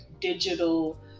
digital